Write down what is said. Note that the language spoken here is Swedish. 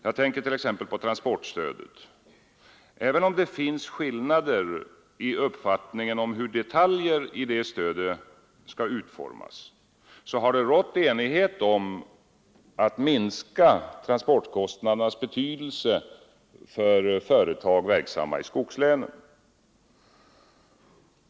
Jag tänker t.ex. på transportstödet. Även om det finns skillnader i uppfattning om hur detaljer i det stödet skall utformas så har det rått enighet om att minska transportkostnadernas betydelse för företag verksamma i skogslänen.